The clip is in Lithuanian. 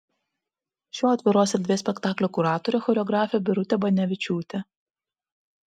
šio atviros erdvės spektaklio kuratorė choreografė birutė banevičiūtė